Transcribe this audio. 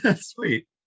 sweet